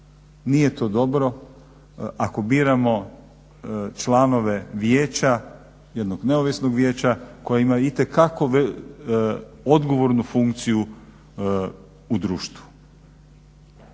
nije to dobro. Ako biramo članove vijeća, jednog neovisnog vijeća koje ima itekako odgovornu funkciju u društvu.